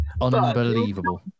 Unbelievable